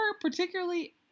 particularly